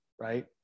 right